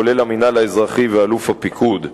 כולל המינהל האזרחי ואלוף הפיקוד.